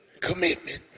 commitment